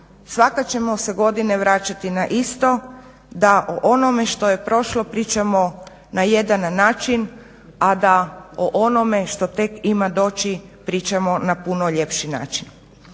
svake ćemo se godine vraćati na isto da o onome što je prošlo pričamo na jedan način, a da o onome što tek ima doći pričamo na puno ljepši način.